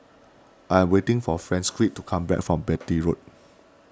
I am waiting for Francisqui to come back from Beatty Road